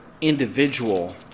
individual